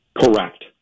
Correct